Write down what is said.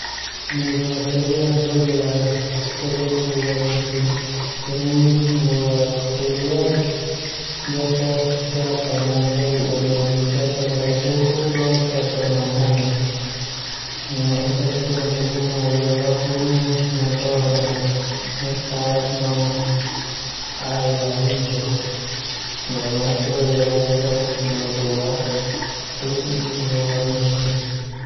Nai bula telu ia hataholi a sebut bula musin semi. Bula telu ia biasa cuaca a berubah neme makasufuk lo cuaca manghanak no ita biasa mete bunga la bunan no doon a mekar.